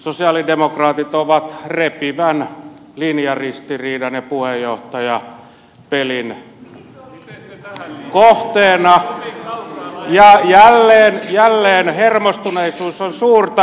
sosialidemokraatit ovat repivän linjaristiriidan ja puheenjohtajapelin kohteena ja jälleen hermostuneisuus on suurta